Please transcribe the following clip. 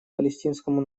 палестинскому